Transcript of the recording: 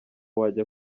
wajya